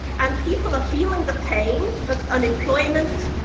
and people are feeling the pain of unemployment,